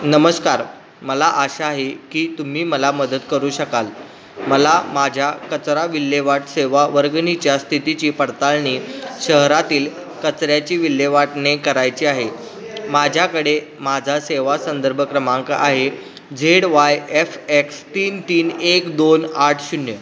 नमस्कार मला आशा आहे की तुम्ही मला मदत करू शकाल मला माझ्या कचरा विल्हेवाट सेवा वर्गणीच्या स्थितीची पडताळणी शहरातील कचऱ्याची विल्हेवाटने करायची आहे माझ्याकडे माझा सेवा संदर्भ क्रमांक आहे झेड वाय एफ एक्स तीन तीन एक दोन आठ शून्य